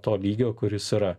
to lygio kuris yra